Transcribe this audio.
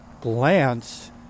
glance